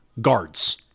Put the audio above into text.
guards